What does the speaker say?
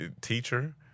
teacher